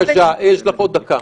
בבקשה, יש לך עוד דקה.